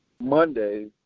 Monday